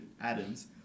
atoms